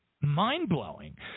mind-blowing